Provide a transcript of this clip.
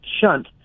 shunt